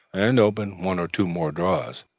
and opened one or two more drawers.